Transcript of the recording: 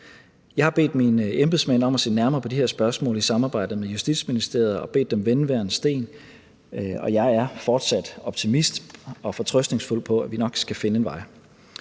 Jeg har bedt mine embedsmænd om at se nærmere på de her spørgsmål i samarbejde med Justitsministeriet og bedt dem vende hver en sten, og jeg er fortsat optimistisk og fortrøstningsfuld, med hensyn til at vi nok skal finde en vej.